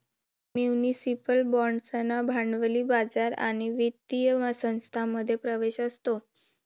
municipal बाँड्सना भांडवली बाजार आणि वित्तीय संस्थांमध्ये प्रवेश असतो